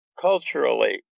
culturally